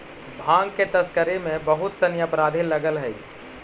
भाँग के तस्करी में बहुत सनि अपराधी लगल हइ